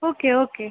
okay okay